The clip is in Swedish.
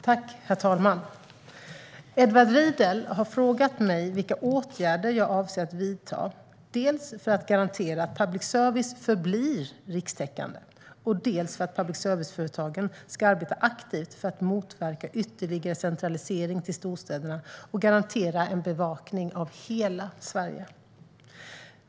Herr talman! Edward Riedl har frågat mig vilka åtgärder jag avser att vidta dels för att garantera att public service förblir rikstäckande, dels för att public service-företagen ska arbeta aktivt för att motverka ytterligare centralisering till storstäderna och garantera en bevakning av hela Sverige.